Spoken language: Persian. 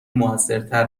موثرتر